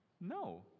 No